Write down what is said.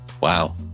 Wow